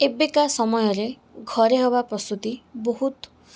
ଏବେକା ସମୟରେ ଘରେ ହେବା ପ୍ରସୂତି ବହୁତ